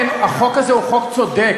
לכן החוק הזה הוא חוק צודק,